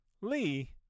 Lee